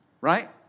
Right